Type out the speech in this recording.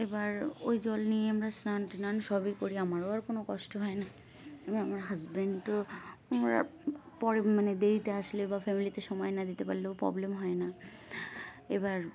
এবার ওই জল নিয়ে আমরা স্নান ট্নান সবই করি আমারও আর কোনো কষ্ট হয় না এবার আমার হাজব্যান্ডও আমরা পরে মানে দেরিতে আসলেও বা ফ্যামিলিতে সময় না দিতে পারলেও প্রবলেম হয় না এবার